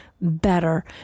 better